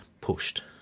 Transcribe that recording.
pushed